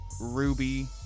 Ruby